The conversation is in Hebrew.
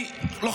ואיזה משרדים יש.